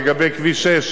לגבי כביש 6,